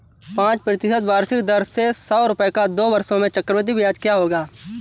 पाँच प्रतिशत वार्षिक दर से सौ रुपये का दो वर्षों में चक्रवृद्धि ब्याज क्या होगा?